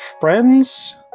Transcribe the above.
friends